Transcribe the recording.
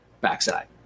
backside